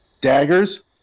Daggers